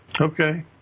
okay